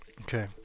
Okay